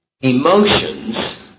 Emotions